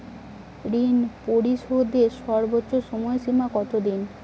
ঋণ পরিশোধের সর্বোচ্চ সময় সীমা কত দিন?